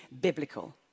biblical